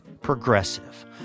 Progressive